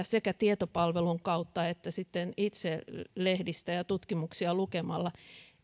sekä tietopalvelun kautta että sitten itse lehdistä ja tutkimuksia lukemalla